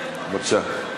בבקשה.